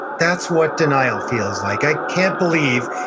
that's what denial feels like. i can't believe,